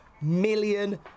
million